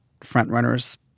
frontrunner's